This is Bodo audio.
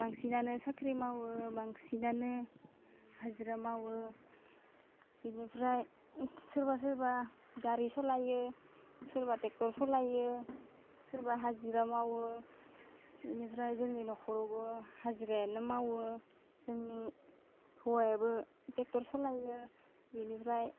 बांसिननानै साख्रि मावो बांसिनानो हाजिरा मावो बिनिफ्राय सोरबा सोरबा गारि सोलायो सोरबा ट्रेक्टर सलायो सोरबा हाजिरा मावो बिनिफ्राय जोंनि न'खरावबो हाजिरायानो मावो जोंनि हौवायाबो ट्रेक्टर सलायो बिनिफ्राय